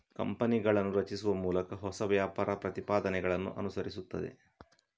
ಕಂಪನಿಗಳನ್ನು ರಚಿಸುವ ಮೂಲಕ ಹೊಸ ವ್ಯಾಪಾರ ಪ್ರತಿಪಾದನೆಗಳನ್ನು ಅನುಸರಿಸುತ್ತದೆ